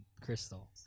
Crystal